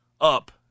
up